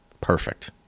Perfect